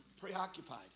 Preoccupied